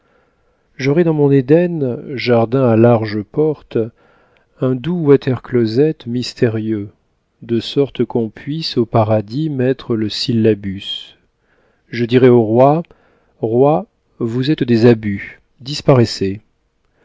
j'aurais dans mon éden jardin à large porte un doux water closet mystérieux de sorte qu'on puisse au paradis mettre le syllabus je dirais aux rois rois vous êtes des abus